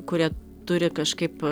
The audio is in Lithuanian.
kurie turi kažkaip